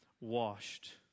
washed